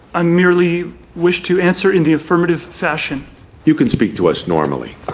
ah merely wish to answer in the affirmative fashion you can speak to us normally.